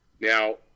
Now